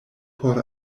por